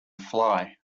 fly